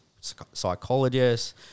psychologists